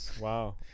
Wow